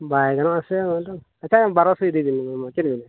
ᱵᱟᱭ ᱜᱟᱱᱚᱜᱼᱟ ᱥᱮ ᱚᱱᱟ ᱫᱚ ᱟᱪᱪᱷᱟ ᱵᱟᱨᱳᱥᱚ ᱤᱫᱤᱭ ᱵᱤᱱ ᱪᱮᱫ ᱵᱤᱱ ᱢᱮᱱᱮᱜᱼᱟ